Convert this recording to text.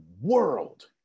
world